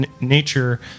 nature